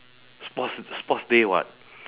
sports sports day [what]